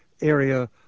area